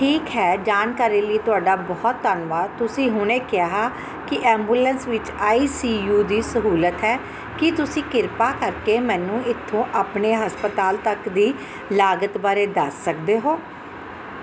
ਠੀਕ ਹੈ ਜਾਣਕਾਰੀ ਲਈ ਤੁਹਾਡਾ ਬਹੁਤ ਧੰਨਵਾਦ ਤੁਸੀਂ ਹੁਣੇ ਕਿਹਾ ਕਿ ਐਂਬੂਲੈਂਸ ਵਿੱਚ ਆਈ ਸੀ ਯੂ ਦੀ ਸਹੂਲਤ ਹੈ ਕੀ ਤੁਸੀਂ ਕਿਰਪਾ ਕਰਕੇ ਮੈਨੂੰ ਇੱਥੋਂ ਆਪਣੇ ਹਸਪਤਾਲ ਤੱਕ ਦੀ ਲਾਗਤ ਬਾਰੇ ਦੱਸ ਸਕਦੇ ਹੋ